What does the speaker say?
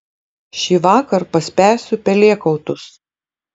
šįvakar paspęsiu pelėkautus